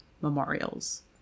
Memorials